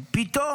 פתאום,